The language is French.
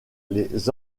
les